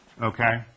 Okay